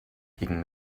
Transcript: gegen